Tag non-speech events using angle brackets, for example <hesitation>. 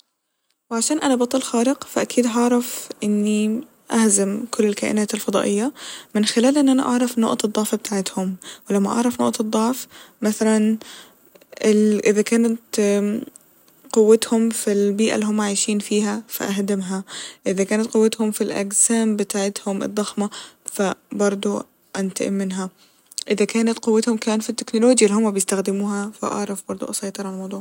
وعشان أنا بطل خارق فأكيد هعرف إني <hesitation> أهزم كل الكائنات الفضائية من خلال إن أنا أعرف نقط الضعف بتاعتهم ولما أعرف نقط الضعف مثلا ال- <hesitation> إذا كانت <hesitation> قوتهم في البيئة اللي هما عايشين فيها فأهدمها ، إذا كانت قوتهم في الأجسام بتاعتهم الضخمة ف برضه <hesitation> أنتقم منها إذا كانت قوتهم كان في التكنولوجيا اللي هما بيستخدموها فأعرف برضه أسيطر على الموضوع